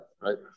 right